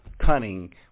cunning